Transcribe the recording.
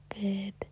good